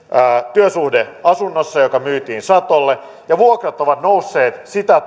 työsuhdeasunnossa joka myytiin satolle ja vuokrat ovat nousseet sitä